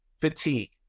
fatigue